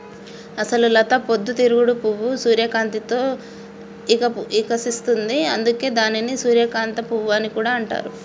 అసలు లత పొద్దు తిరుగుడు పువ్వు సూర్యకాంతిలో ఇకసిస్తుంది, అందుకే దానిని సూర్యకాంత పువ్వు అని కూడా అంటారు